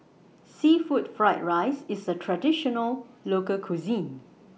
Seafood Fried Rice IS A Traditional Local Cuisine